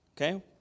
Okay